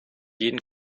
jeden